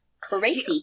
crazy